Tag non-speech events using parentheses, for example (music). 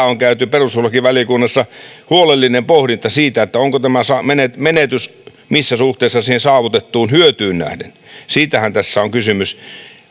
(unintelligible) on käyty perustuslakivaliokunnassa huolellinen pohdinta siitä missä suhteessa tämä menetys menetys on siihen saavutettuun hyötyyn nähden siitähän tässä on kysymys